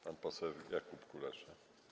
Pan poseł Jakub Kulesza.